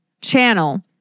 Channel